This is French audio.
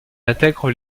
intègre